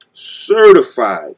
Certified